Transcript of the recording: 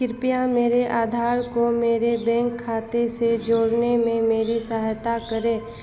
कृपया मेरे आधार को मेरे बैंक खाते से जोड़ने में मेरी सहायता करें